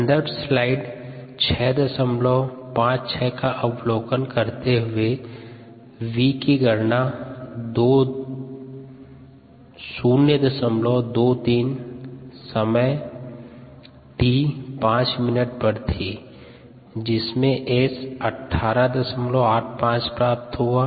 सन्दर्भ स्लाइड समय 0656 का अनुसरण करने पर v की गणना 023 समय t 5 मिनट पर थी जिसमे S 1885 प्राप्त हुआ